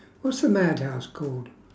what's the madhouse called